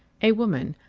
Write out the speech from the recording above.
a woman,